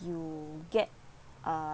you get uh